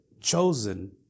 chosen